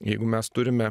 jeigu mes turime